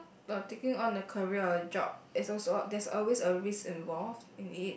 uh taking on a career or job it's also there is always a risk involved in it